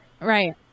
Right